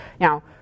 now